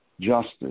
Justice